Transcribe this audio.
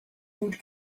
old